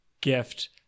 gift